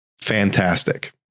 fantastic